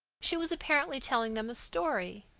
she was apparently telling them a story.